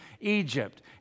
Egypt